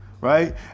Right